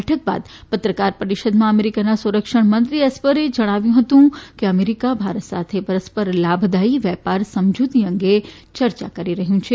બેઠક બાદ પત્રકાર પરિષદમાં અમેરિકાના સંરક્ષણ મંત્રી એસ્પરે જણાવ્યું હતું કે અમેરિકા ભારત સાથે પરસ્પર લાભદાયી વેપાર સમજીતી અંગે ચર્ચા કરી રહ્યું છે